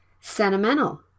sentimental